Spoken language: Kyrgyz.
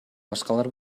башкалар